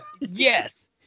Yes